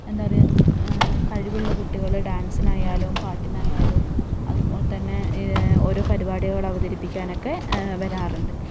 എന്താ പറയുക കഴിവുള്ള കുട്ടികൾ ഡാന്സിനായാലും പാട്ടിനായാലും അതുപോലെത്തന്നെ ഓരോ പരുപാടികളവതരിപ്പിക്കാനൊ ക്കെ വരാറുണ്ട്